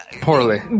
Poorly